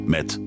Met